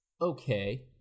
okay